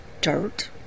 dirt